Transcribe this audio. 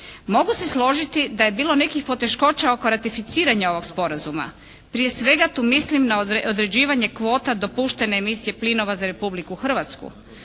Mogu se složiti da je bilo nekih poteškoća oko ratificiranja ovog sporazuma. Prije svega tu mislim na određivanje kvota dopuštene emisije plinova za Republiku Hrvatsku.